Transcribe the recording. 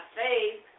faith